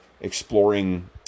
exploring